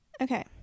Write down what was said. Okay